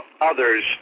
others